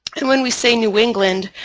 and when we say new england,